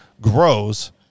grows